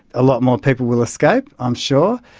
a lot more people will escape i'm sure.